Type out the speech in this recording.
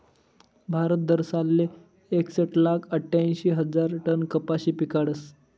भारत दरसालले एकसट लाख आठ्यांशी हजार टन कपाशी पिकाडस